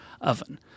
oven